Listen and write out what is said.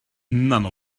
none